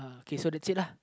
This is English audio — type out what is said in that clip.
okay so that's it lah